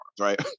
right